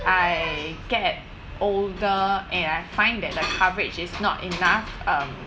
I get older and I find that the coverage is not enough um